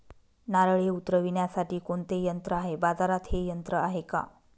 नारळे उतरविण्यासाठी कोणते यंत्र आहे? बाजारात हे यंत्र आहे का?